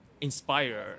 inspire